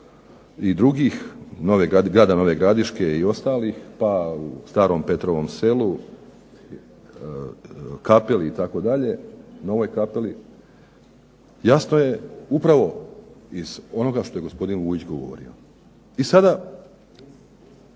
i drugih, grada Nove Gradiške i ostalih, pa u Starom Petrovom Selu, Kapeli, Novoj Kapeli, ..../. I jasno je upravo iz onoga što je gospodin Vujić govorio. I sada